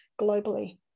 globally